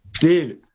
Dude